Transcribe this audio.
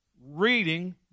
Reading